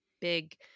big